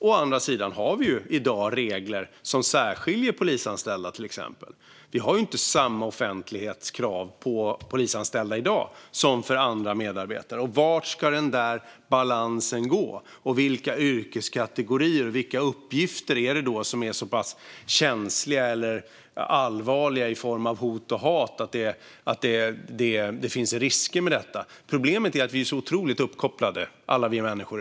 Å andra sidan har vi i dag regler som särskiljer polisanställda, till exempel. Vi har inte samma offentlighetskrav för polisanställda som för andra medarbetare. Hur ska denna balans se ut? Vilka yrkeskategorier och uppgifter är så pass känsliga eller allvarliga när det gäller risker för hot och hat? Problemet är att alla vi människor i dag är så otroligt uppkopplade.